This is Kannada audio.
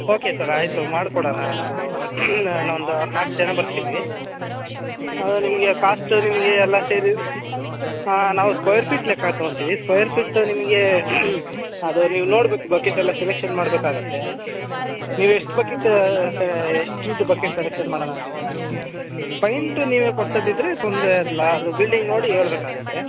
ಓಕೆ ಸರ್ ಆಯಿತು ಮಾಡ್ಕೊಡಣ ಅದು ನಾವೊಂದು ನಾಲ್ಕು ಜನ ಬರ್ತೀವಿ ನಿಮಗೆ ಕಾಸ್ಟು ನಿಮಗೆ ಎಲ್ಲ ಸೇರಿ ನಾವು ಸ್ಕ್ವೈರ್ ಫೀಟ್ ಲೆಕ್ಕ ತೊಗೊಳ್ತೀವಿ ಸ್ಕ್ವೇರ್ ಫಿಟ್ಟು ನಿಮ್ಗೆ ಅದು ನೀವು ನೋಡ್ಬೇಕು ಬಕಿಟೆಲ್ಲ ಸೆಲೆಕ್ಷನ್ ಮಾಡಬೇಕಾಗತ್ತೆ ನೀವು ಎಷ್ಟು ಬಕಿಟ ಸ ಎಷ್ಟ್ರದ್ದು ಬಕೆಟ್ ಸೆಲೆಕ್ಷನ್ ಮಾಡೋಣ ಅಂತ ಇದ್ದೀರ ಪೈಂಟು ನೀವೇ ಕೊಡ್ಸೋದಿದ್ರೆ ತೊಂದರೆ ಇಲ್ಲ ಅದು ಬಿಲ್ಡಿಂಗ್ ನೋಡಿ ಹೇಳ್ಬೇಕಾಗತ್ತೆ